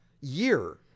year